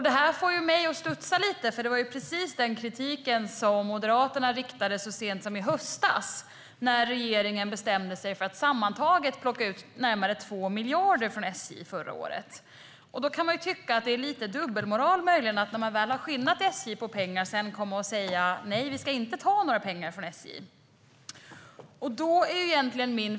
Det här får mig att studsa lite, för det var precis här Moderaterna kom med kritik så sent som i höstas efter att regeringen bestämt sig för att sammantaget plocka ut närmare 2 miljarder från SJ förra året. Det kan möjligen anses som lite av dubbelmoral att när man redan har skinnat SJ på pengar komma och säga: Nej, vi ska inte ta några pengar från SJ.